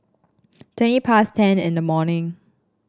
twenty past ten in the morning